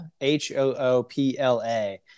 H-O-O-P-L-A